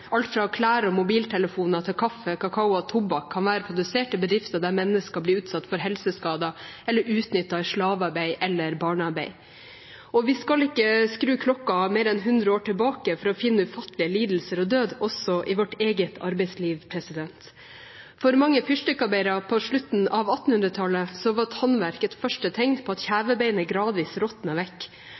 Alt fra klær og mobiltelefoner til kaffe, kakao og tobakk kan være produsert i bedrifter der mennesker blir utsatt for helseskader eller utnyttet i slavearbeid eller barnearbeid. Vi skal ikke skru klokken mer enn 100 år tilbake for å finne ufattelig lidelse og død også i vårt eget arbeidsliv. For mange fyrstikkarbeidere på slutten av 1800-tallet var tannverk et første tegn på at kjevebeinet gradvis råtnet vekk.